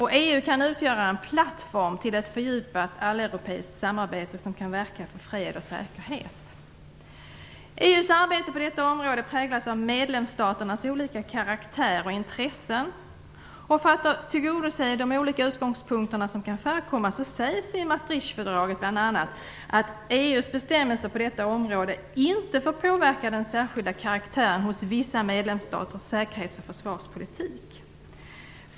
EU kan utgöra en plattform till ett fördjupat alleuropeiskt samarbete som kan verka för fred och säkerhet. EU:s arbete på detta område präglas av medlemsstaternas olika karaktär och intressen. För att tillgodose de olika utgångspunkter som kan förekomma sägs det i Maastrichtfördraget bl.a. att EU:s bestämmelser på detta område inte får påverka den särskilda karaktären hos vissa medlemsstaters säkerhets och försvarspolitik.